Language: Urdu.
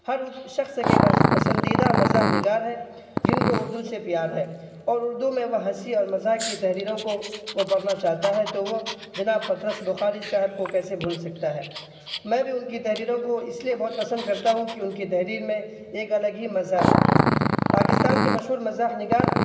ہر اس شخص کے پس پسندیدہ مزاح نگار ہیں جن کو اردو سے پیار ہے اور اردو میں وہ ہنسی اور مزاح کی تحریروں کو وہ پڑھنا چاہتا ہے تو وہ جناب پطرس بخاری صاحب کو کیسے بھول سکتا ہے میں بھی ان کی تحریروں کو اس لیے بہت پسند کرتا ہوں کہ ان کہ تحریر میں ایک الگ ہی مزہ ہے پاکستان کے مشہور مزاح نگار